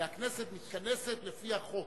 אלא הכנסת מתכנסת לפי החוק.